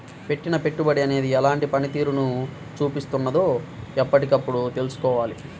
పెట్టిన పెట్టుబడి అనేది ఎలాంటి పనితీరును చూపిస్తున్నదో ఎప్పటికప్పుడు తెల్సుకోవాలి